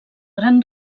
gran